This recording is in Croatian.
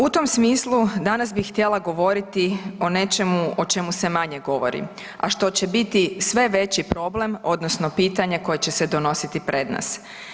U tom smislu danas bih htjela govoriti o nečemu o čemu se manje govori, a što će biti sve veći problem odnosno pitanje koje će se donositi pred nas.